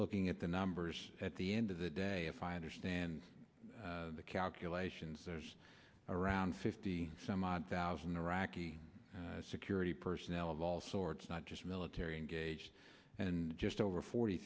looking at the numbers at the end of the day if i understand the calculations there's around fifty some odd thousand iraqi security personnel of all sorts not just military and just over forty